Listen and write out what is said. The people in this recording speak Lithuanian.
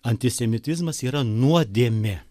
antisemitizmas yra nuodėmė